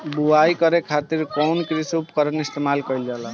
बुआई करे खातिर कउन कृषी उपकरण इस्तेमाल कईल जाला?